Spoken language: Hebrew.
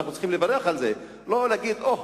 ואנחנו צריכים לברך על זה ולא להגיד: או,